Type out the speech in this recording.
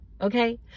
okay